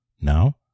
Now